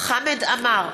חמד עמאר,